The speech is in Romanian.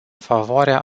favoarea